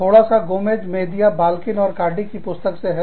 थोड़ा सा Gomez Mejia Balkin और कार्डी की पुस्तक से है